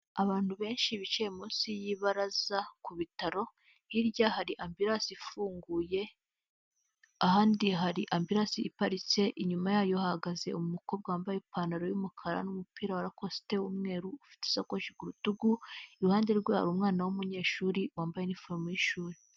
Abantu benshi bicaye munsi y'ibaraza ku bitaro, hirya hari ambiransi ifunguye, ahandi hari ambiransi iparitse, inyuma yayo hahagaze umukobwa wambaye ipantaro y'umukara n'umupira wa rakosite w'umweru, ufite isakoshi ku rutugu, iruhande rwe hari umwana w'umunyeshuri wambaye inifomo y'ishuri.